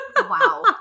wow